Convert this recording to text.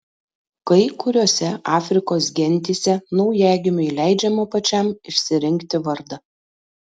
kai kuriose afrikos gentyse naujagimiui leidžiama pačiam išsirinkti vardą